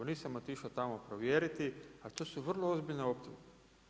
Nisam otišao tamo provjeriti, a to su vrlo ozbiljne optužbe.